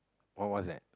what what's that